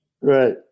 Right